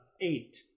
eight